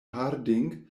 harding